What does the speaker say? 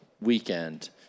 weekend